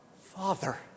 father